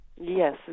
Yes